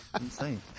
Insane